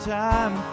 time